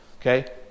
Okay